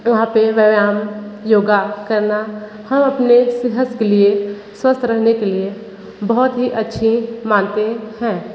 वहाँ पर व्यायाम योग करना हम अपने सेहत के लिए स्वस्थ रहने के लिए बहुत ही अच्छा मानते हैं